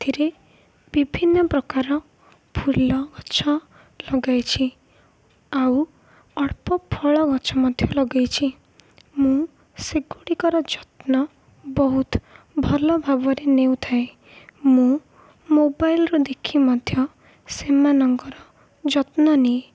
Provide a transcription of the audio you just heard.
ଏଥିରେ ବିଭିନ୍ନ ପ୍ରକାର ଫୁଲ ଗଛ ଲଗାଇଛି ଆଉ ଅଳ୍ପ ଫଳ ଗଛ ମଧ୍ୟ ଲଗେଇଛି ମୁଁ ସେଗୁଡ଼ିକର ଯତ୍ନ ବହୁତ ଭଲ ଭାବରେ ନେଉଥାଏ ମୁଁ ମୋବାଇଲ୍ରୁ ଦେଖି ମଧ୍ୟ ସେମାନଙ୍କର ଯତ୍ନ ନିଏ